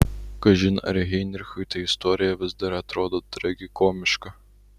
kažin ar heinrichui ta istorija vis dar atrodo tragikomiška